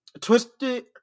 Twisted